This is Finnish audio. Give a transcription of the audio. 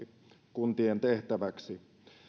kuntien tehtäväksi